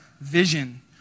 vision